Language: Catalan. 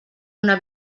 una